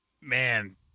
Man